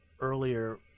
earlier